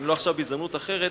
ואם לא עכשיו בהזדמנות אחרת,